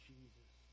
Jesus